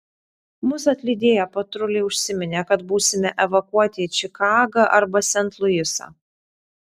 mus atlydėję patruliai užsiminė kad būsime evakuoti į čikagą arba sent luisą